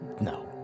No